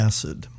Acid